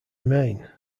remain